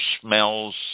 smells